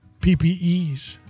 PPEs